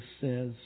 says